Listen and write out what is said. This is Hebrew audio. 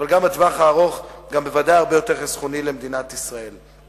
אבל בוודאי גם הרבה יותר חסכוני למדינת ישראל.